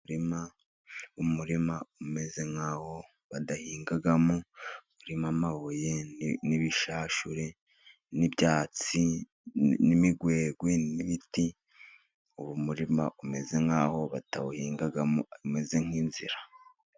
Umurima umeze nk'aho badahingamo urimo amabuye, n'ibishashure, n'ibyatsi, n'imigwegwe, n'ibiti. Uwo murima umeze nk'aho batawuhingamo hameze nk'inzira.